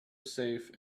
safe